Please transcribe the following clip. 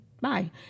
bye